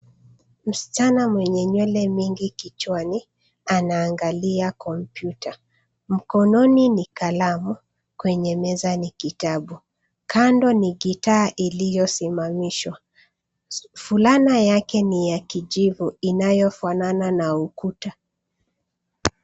Msichana mwenye nywele mingi kichwani anaangalia kompyuta. Mkononi ni kalamu kwenye meza ni kitabu. Kando ni gitaa iliyosimamishwa. Fulana yake ni ya kijivu inayofanana na ukuta.